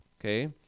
Okay